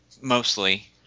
mostly